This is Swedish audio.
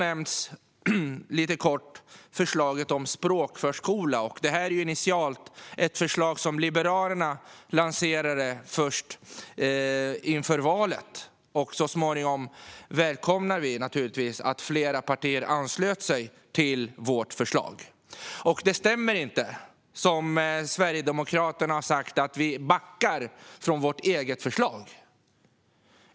Även förslaget om språkförskola har nämnts lite kort. Detta var initialt ett förslag som Liberalerna lanserade inför valet. Vi välkomnar naturligtvis att flera partier så småningom anslöt sig till vårt förslag. Det stämmer inte som Sverigedemokraterna har sagt att vi backar från vårt eget förslag.